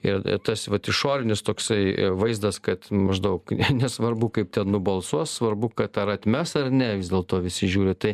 ir ir tas vat išorinis toksai vaizdas kad maždaug nesvarbu kaip ten nubalsuos svarbu kad ar atmes ar ne vis dėlto visi žiūri tai